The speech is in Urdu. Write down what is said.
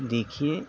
دیکھیے